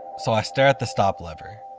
so, i stare at the stop lever.